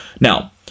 Now